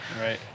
right